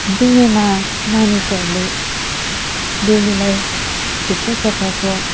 बिहेमा मानिसहरूले बेहुलीलाई थुप्रै प्रकारको